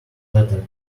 better